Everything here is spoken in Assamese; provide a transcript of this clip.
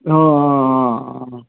অঁ অঁ অঁ অঁ অঁ